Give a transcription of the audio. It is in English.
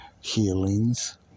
healings